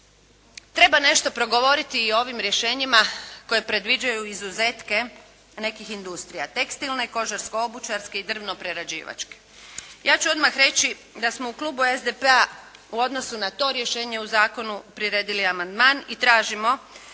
Treba nešto progovoriti i o ovim rješenjima koji predviđaju izuzetke nekih industrija, tekstilne, kožarsko-obućarske i drvno-prerađivačke. Ja ću odmah reći da smo u klubu SDP-a u odnosu na to rješenje u zakonu priredili amandman i tražimo